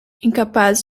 incapaz